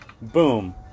Boom